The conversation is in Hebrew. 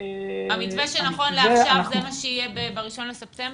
שנכון לעכשיו, זה מה שיהיה ב-1 בספטמבר?